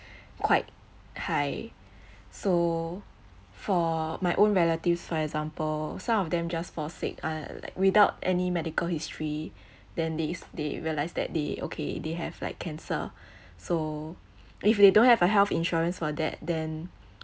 quite high so for my own relatives for example some of them just fall sick uh without any medical history then these they realize that they okay they have like cancer so if they don't have a health insurance for that then